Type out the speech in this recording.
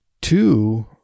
Two